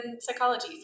psychology